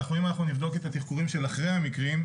אם נבדוק את התחקורים של אחרי המקרים,